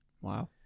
Wow